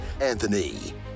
Anthony